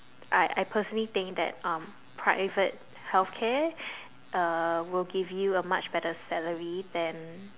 I I personally think that um private healthcare uh will give you a much better salary than